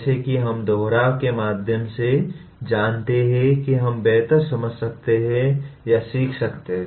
जैसा कि हम दोहराव के माध्यम से जानते हैं कि हम बेहतर समझ सकते हैं या सीख सकते हैं